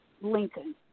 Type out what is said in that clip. Lincoln